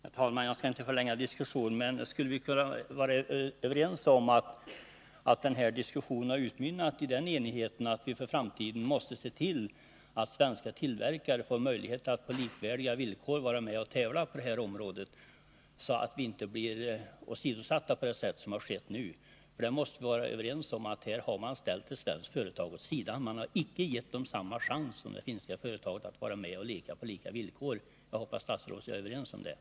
Herr talman! Jag skall inte förlänga debatten i onödan. Jag undrar dock om vi inte skulle kunna vara överens om att denna diskussion har utmynnat i en enighet om att vi för framtiden måste se till att svenska tillverkare får möjligheter att på likvärdiga villkor tävla på det här området och inte skall bli åsidosatta på det sätt som nu har skett. Vi måste trots allt inse att man i detta fall har ställt ett svenskt företag åt sidan. Det har inte fått samma chans som det finska att delta i detta sammanhang. Jag hoppas att statsrådet och jag är ense om detta.